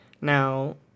Now